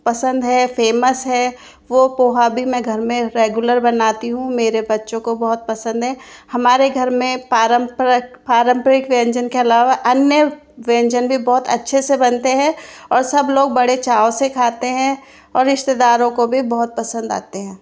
पसंद है फ़ेमस है वह पोहा भी मैं घर में रेगुलर बनाती हूँ मेरे बच्चों को बहुत पसंद है हमारे घर में पारंपरक पारम्परिक व्यंजन के अलावा अन्य व्यंजन भी बहुत अच्छे से बनते हैं और सब लोग बड़े चाव से खाते हैं और रिश्तेदारों को भी बहुत पसंद आते हैं